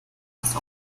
das